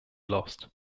lost